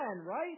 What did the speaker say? right